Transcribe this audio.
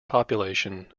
population